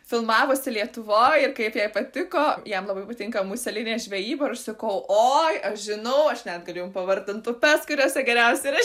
filmavosi lietuvoj ir kaip jai patiko jam labai patinka muselinė žvejyba ir aš sakau oi aš žinau aš net galiu jum pavardint upes kuriose geriausia yra